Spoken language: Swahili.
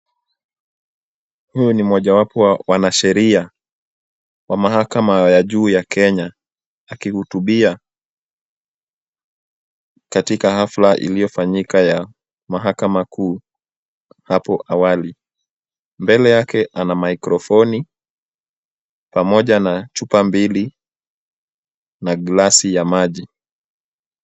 Huyu ni mojawapo wa wanasheria wa mahakama ya juu ya Kenya akihutubia katika hafla iliyofanyika ya mahakama kuu hapo awali. Mbele yake ana mikrofoni pamoja na chupa mbili na glasi ya maji.